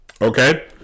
Okay